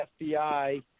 FBI –